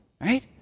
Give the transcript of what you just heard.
Right